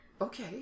Okay